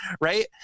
Right